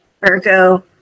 Virgo